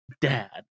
dad